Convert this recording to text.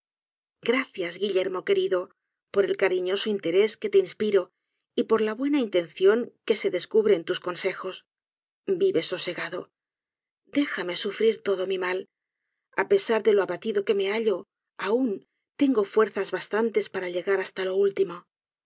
gracias guillermo querido por el cariñoso interés que te inspiro y por la buena intención que se descu bre en tus consejos vive sosegado déjame sufrir todo mi mal á pesar de lo abatido que me hallo aun tengo fuerzas bastantes para llegar hasta lo último